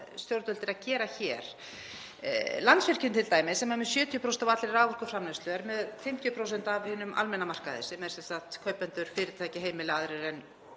stjórnvöld eru að gera hér. Landsvirkjun t.d., sem er með 70% af allri raforkuframleiðslu, er með 50% af hinum almenna markaði, sem eru sem sagt kaupendur, fyrirtæki, heimili aðrir en